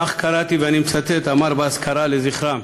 כך קראתי, ואני מצטט, אמר באזכרה לזכרם: